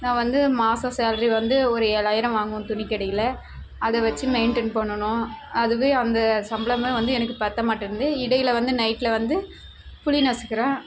நான் வந்து மாசம் சேல்ரி வந்து ஒரு ஏழாயிரம் வாங்குவேன் துணிக்கடையில் அதை வச்சு மெயின்டென் பண்ணனும் அதுவே அந்த சம்பளமே வந்து எனக்கு பத்தமாட்டேனுது இடையில் வந்து நைட்டில் வந்து புளி நசுக்குறேன்